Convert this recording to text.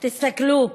תסתכלו,